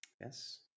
Yes